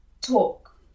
talk